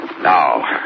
Now